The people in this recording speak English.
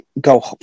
go